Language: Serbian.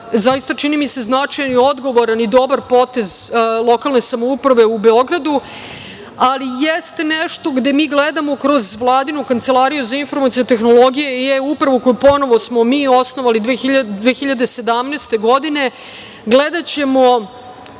zaista, čini mi se, značajan i odgovoran i dobar potez lokalne samouprave u Beogradu, ali jeste nešto gde mi gledamo kroz Vladinu Kancelariju za informacione tehnologije i eUpravu, koju smo ponovo mi osnovali 2017. godine. Gledaćemo